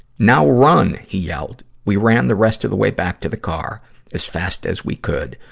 now run! he yelled. we ran the rest of the way back to the car as fast as we could,